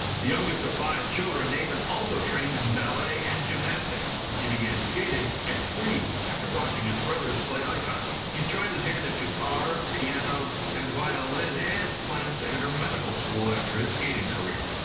the youngest of five children, nathan also trained in ballet and gymnastics. he began skating at three after watching his brothers play ice hockey. he tried his hand at guitar, piano and violin, and plans to enter medical school after his skating career.